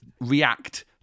react